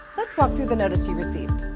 lets walk through the notice you recieved.